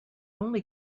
only